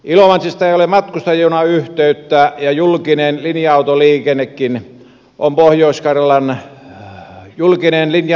ilomantsista ei ole matkustajajunayhteyttä ja julkinen linja autoliikennekin on lähes olematonta